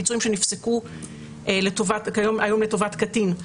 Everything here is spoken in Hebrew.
פיצויים שנפסקו היום לטובת קטין.